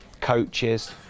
coaches